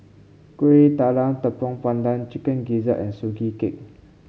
Kuih Talam Tepong Pandan Chicken Gizzard and Sugee Cake